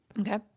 Okay